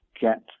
get